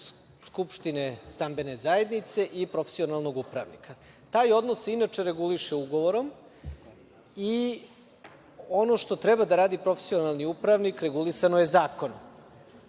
skupštine stambene zajednice i profesionalnog upravnika. Taj odnos se inače reguliše ugovorom. Ono što treba da radi profesionalni upravnik regulisano je